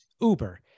Uber